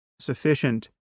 sufficient